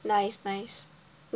nice nice me